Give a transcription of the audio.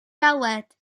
galed